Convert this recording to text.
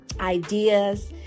ideas